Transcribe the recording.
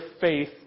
faith